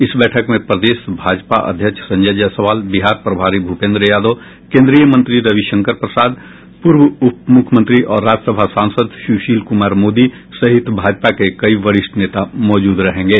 इस बैठक में प्रदेश भाजपा अध्यक्ष संजय जायसवाल बिहार प्रभरी भूपेन्द्र यादव केन्द्रीय मंत्री रविशंकर प्रसाद पूर्व उप मुख्यमंत्री और राज्यसभा सांसद सुशील कुमार मोदी सहित भाजपा के कई वरिष्ठ नेता मौजूद रहेंगे